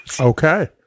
Okay